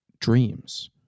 dreams